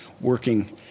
working